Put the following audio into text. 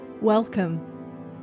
welcome